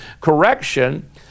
correction